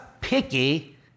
picky